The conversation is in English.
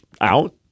out